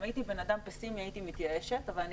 אם הייתי בן אדם פסימי הייתי מתייאשת אבל אני